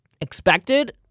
expected